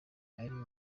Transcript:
ariko